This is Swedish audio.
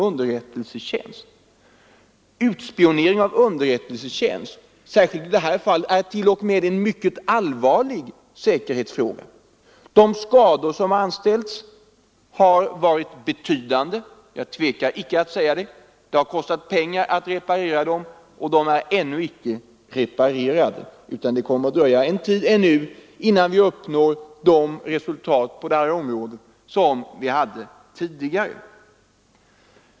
Utspionering av underrättelsetjänst, särskilt i detta fall, är t.o.m. en mycket allvarlig säkerhetsfråga. Jag tvekar icke att säga att de skador som anställts varit betydande. Det har kostat pengar att reparera dem, och de är ännu icke helt reparerade. Det kommer att dröja ytterligare en tid innan man uppnår samma resultat på detta område som tidigare.